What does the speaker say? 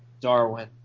Darwin